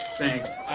thanks.